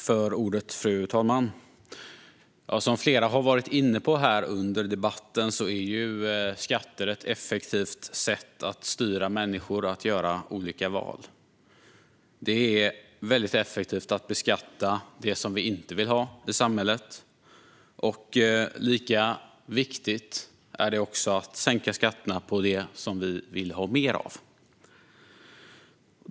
Fru talman! Som flera har varit inne på under debatten är skatter ett effektivt sätt att styra människor att göra olika val. Det är effektivt att beskatta det som vi inte vill ha i samhället, och lika viktigt är det att sänka skatterna på det som vi vill ha mer av.